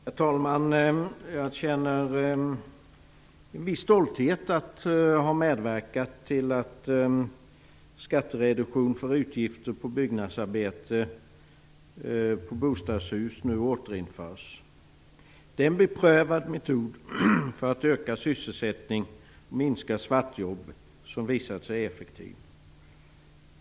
Herr talman! Jag känner en viss stolthet över att ha medverkat till att skattereduktion för utgifter för byggnadsarbete på bostadshus nu återinförs. Det är en beprövad metod för att öka sysselsättning och minska svartjobb som visat sig effektiv.